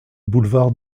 boulevards